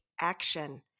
action